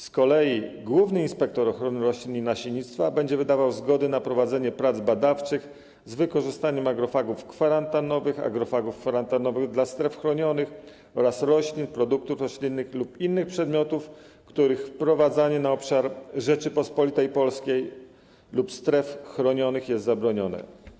Z kolei główny inspektor ochrony roślin i nasiennictwa będzie wydawał zgodę na prowadzenie prac badawczych z wykorzystaniem agrofagów kwarantannowych, agrofagów kwarantannowych dla stref chronionych oraz roślin, produktów roślinnych lub innych przedmiotów, których wprowadzanie na obszar Rzeczypospolitej Polskiej lub stref chronionych jest zabronione.